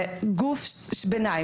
הוא גוף ביניים,